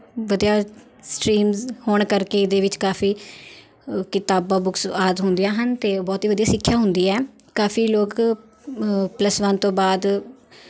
ਵਧੀਆ ਸਟਰੀਮਸ ਹੋਣ ਕਰਕੇ ਇਹਦੇ ਵਿੱਚ ਕਾਫੀ ਕਿਤਾਬਾਂ ਬੁੱਕਸ ਆਦਿ ਹੁੰਦੀਆਂ ਹਨ ਅਤੇ ਬਹੁਤ ਹੀ ਵਧੀਆ ਸਿੱਖਿਆ ਹੁੰਦੀ ਹੈ ਕਾਫੀ ਲੋਕ ਪਲੱਸ ਵੰਨ ਤੋਂ ਬਾਅਦ